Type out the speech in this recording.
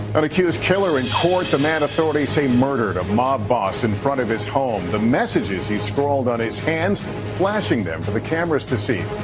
an accused killer in court. the man authorities say murdered a mob boss in front of his home. the messages he scrawled on his hands flashing them for the cameras to see.